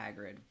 Hagrid